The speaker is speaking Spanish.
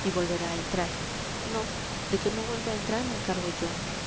y volverá a entrar no de que no vuelva a entrar me encargo yo